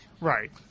Right